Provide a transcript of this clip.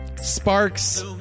Sparks